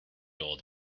old